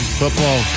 football